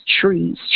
trees